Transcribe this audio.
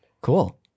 Cool